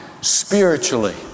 Spiritually